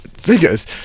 figures